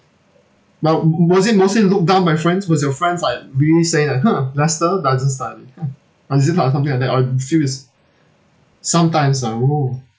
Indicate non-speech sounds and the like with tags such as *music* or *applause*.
but m~ mostly mostly looked down by friends was your friends like will they say like !huh! lester doesn't study *noise* or is it like something like that or in furious sometimes ah oh